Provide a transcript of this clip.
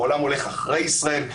העולם הולך אחרי ישראל.